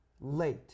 Late